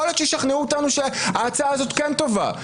יכול להיות שישכנעו אותנו שההצעה הזאת כן טובה,